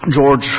George